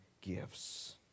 gifts